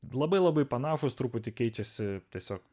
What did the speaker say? labai labai panašūs truputį keičiasi tiesiog